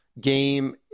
game